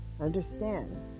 understand